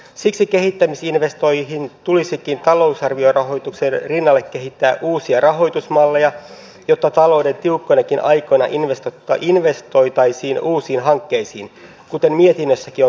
siksi kehittämisinvestointeihin tulisikin talousarviorahoituksen rinnalle kehittää uusia rahoitusmalleja jotta talouden tiukkoinakin aikoina investoitaisiin uusiin hankkeisiin kuten mietinnössäkin on todettu